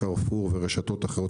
קרפור ורשתות אחרות.